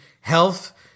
health